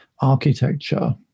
architecture